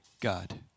God